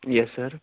یس سر